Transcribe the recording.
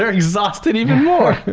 yeah exhausted even more.